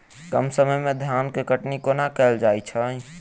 कम समय मे धान केँ कटनी कोना कैल जाय छै?